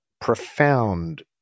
profound –